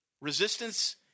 resistance